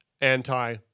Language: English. anti